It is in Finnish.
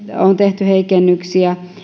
on tehty heikennyksiä